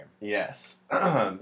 Yes